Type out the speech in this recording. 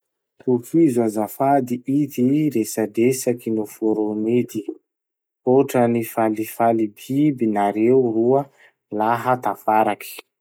Tohizo azafady ity resadresaky noforony ity: Hotrany falifaly biby nareo roa laha tafaraky.